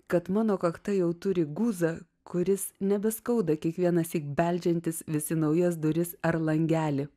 kad mano kakta jau turi guzą kuris nebeskauda kiekvienąsyk beldžiantis vis į naujas duris ar langelį